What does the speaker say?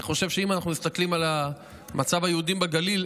אני חושב שאם אנחנו מסתכלים על מצב היהודים בגליל,